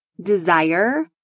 desire